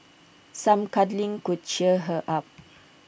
some cuddling could cheer her up